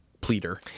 pleader